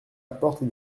apporte